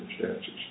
circumstances